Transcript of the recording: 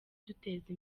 duteza